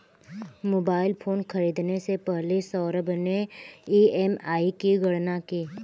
mobile phone खरीदने से पहले सौरभ ने ई.एम.आई की गणना की